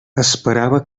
esperava